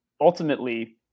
ultimately